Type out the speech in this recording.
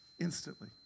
instantly